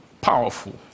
powerful